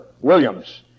Williams